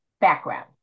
background